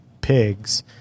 pigs